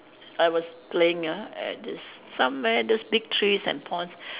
I was playing ah at this somewhere those big trees and ponds